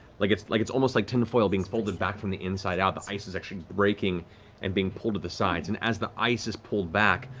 like it's like it's almost like tin foil being folded back from the inside out. the ice is actually breaking and being pulled to the sides, and as the ice is pulled back,